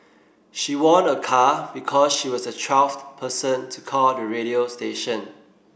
she won a car because she was the twelfth person to call the radio station